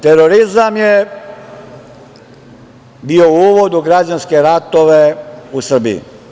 Terorizam je bio uvod u građanske ratove u Srbiji.